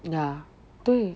ya 对